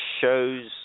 shows